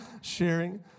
Sharing